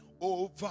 over